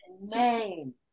name